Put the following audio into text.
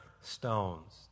stones